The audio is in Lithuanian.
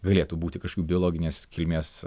galėtų būti kažkokių biologinės kilmės